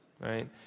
Right